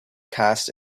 cast